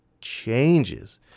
changes